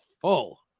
full